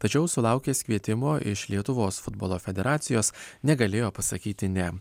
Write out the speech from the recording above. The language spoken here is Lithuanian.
tačiau sulaukęs kvietimo iš lietuvos futbolo federacijos negalėjo pasakyti ne